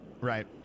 Right